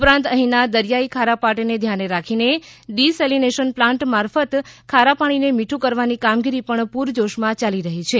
ઉપરાંત અહીંના દરિયાઇ ખારા પાટને ધ્યાને રાખીને ડિસેલિનેશન પ્લાન્ટ મારફત ખારા પાણીને મીઠું કરવાની કામગીરી પણ પૂરજોશમાં ચાલી રહી છે